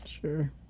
Sure